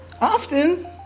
often